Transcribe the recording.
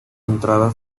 entrada